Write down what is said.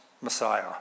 Messiah